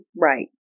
Right